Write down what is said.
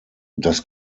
das